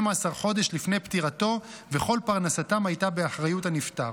חודש לפני פטירתו וכל פרנסתם הייתה באחריות הנפטר.